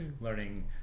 learning